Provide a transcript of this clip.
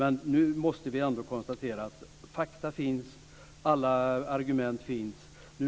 Men nu måste vi ändå konstatera att fakta och alla argument finns.